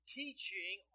teaching